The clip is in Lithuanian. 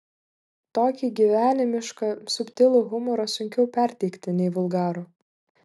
tokį gyvenimišką subtilų humorą sunkiau perteikti nei vulgarų